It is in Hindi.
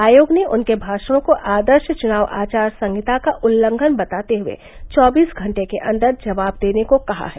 आयोग ने उनके भाषणों को आदर्श चुनाव आचार संहिता का उल्लघन बताते हुए चौबीस घंटे के अंदर जवाब देने को कहा है